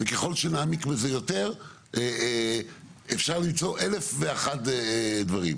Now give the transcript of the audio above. וככל שנעמיק בזה יותר אפשר למצוא אלף ואחת דברים.